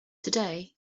today